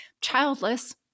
Childless